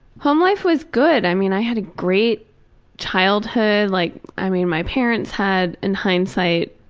home life was good. i mean, i had a great childhood, like, i mean my parents had, in hindsight,